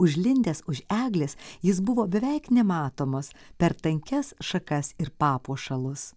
užlindęs už eglės jis buvo beveik nematomas per tankias šakas ir papuošalus